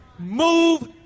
Move